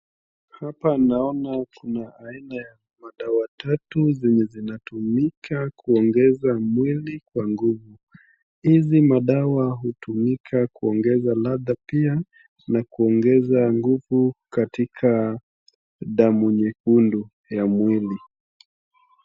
Hapa naona kuna aina ya madawa tatu, zenye zinatumika kuongeza mwili kwa nguvu. Hizi madawa hutumika kuongeza ladha pia na kuongeza nguvu katika damu nyekundu ya mwili.